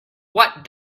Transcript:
what